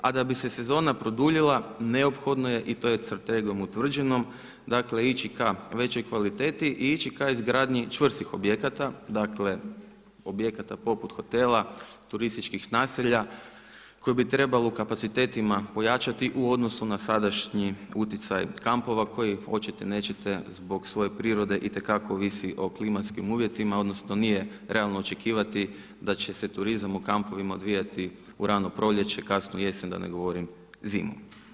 A da bi se sezona produljila neophodno je i to je strategijom utvrđeno dakle ići ka većoj kvaliteti i ići ka izgradnji čvrstih objekata, dakle objekata poput hotela, turističkih naselja koje bi trebalo u kapacitetima pojačati u odnosu na sadašnji utjecaj kampova koji oćete nećete zbog svoje prirode itekako ovisi o klimatskim uvjetima odnosno nije realno očekivati da će se turizam u kampovima odvijati u rano proljeće, kasnu jesen da ne govorim zimu.